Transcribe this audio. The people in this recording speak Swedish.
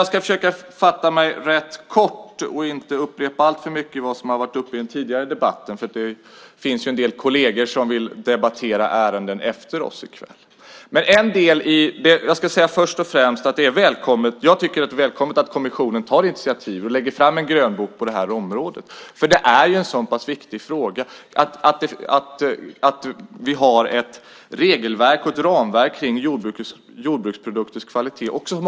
Jag ska försöka fatta mig rätt kort och inte upprepa alltför mycket av det som har varit uppe i debatten tidigare. Det finns ju en del kolleger som vill debattera ärenden efter oss i kväll. Jag tycker att det är välkommet att kommissionen tar initiativ och lägger fram en grönbok på det här området. Det är en så pass viktig fråga, alltså att vi har ett regelverk och ett ramverk för jordbruksprodukters kvalitet.